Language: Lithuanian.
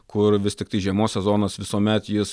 kur vis tiktai žiemos sezonas visuomet jis